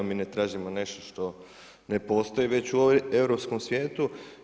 Mi ne tražimo nešto što ne postoji već u europskom svijetu.